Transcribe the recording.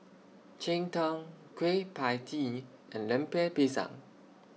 Cheng Tng Kueh PIE Tee and Lemper Pisang